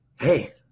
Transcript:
Hey